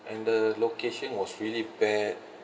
and the location was really bad